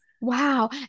Wow